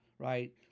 Right